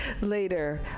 later